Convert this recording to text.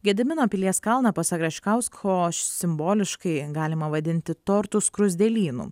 gedimino pilies kalną pasak raškausko simboliškai galima vadinti tortu skruzdėlynu